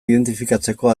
identifikatzeko